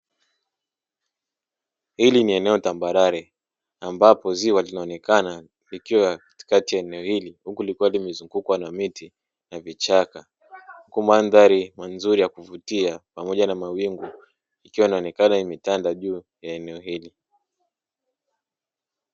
Hili ni eneo tambarare ambapo ziwa linaonekana likiwa katikati ya eneo hili huku likiwa limezungukwa na miti na vichaka. Huku maandhari nzuri ya kuvutia pamoja na mawingu ikiwa inaonekana imetanda juu ya eneo hili.